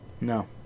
No